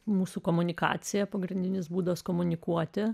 mūsų komunikacija pagrindinis būdas komunikuoti